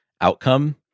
outcome